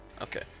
Okay